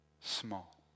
small